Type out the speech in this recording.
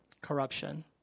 Corruption